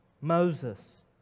Moses